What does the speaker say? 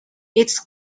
its